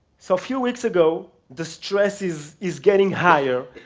so a few weeks ago, the stress is is getting higher,